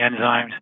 enzymes